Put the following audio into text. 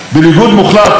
אדוני היושב-ראש,